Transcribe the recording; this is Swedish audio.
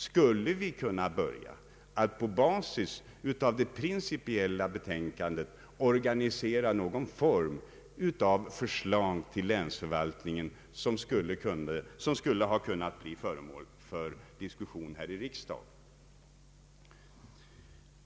Skulle vi på basis av det principiella betänkandet kunna göra upp någon form av förslag till länsförvaltning som hade kunnat bli föremål för diskussion här i riksdagen?